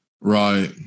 right